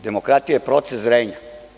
Demokratija je proces zrenja.